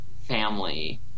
family